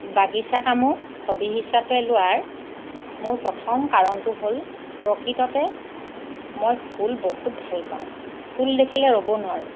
বাগিচা কামক হ'বি হিচাপে লোৱাৰ মোৰ প্ৰথম কাৰণটো হ'ল প্ৰকৃততে মই ফুল বহুত ভাল পাওঁ ফুল দেখিলে ৰ'ব নোৱাৰোঁ